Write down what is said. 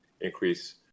increase